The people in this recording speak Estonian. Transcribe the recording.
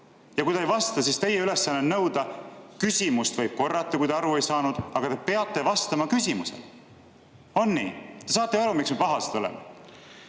Ja kui ta ei vasta, siis teie ülesanne on nõuda: küsimust võib korrata, kui te aru ei saanud, aga te peate vastama küsimusele. On nii? Te saate ju aru, miks me pahased oleme.